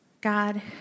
God